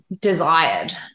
desired